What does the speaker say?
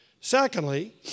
Secondly